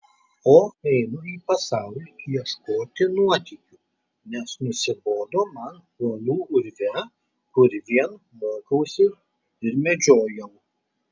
o einu į pasaulį ieškoti nuotykių nes nusibodo man uolų urve kur vien mokiausi ir medžiojau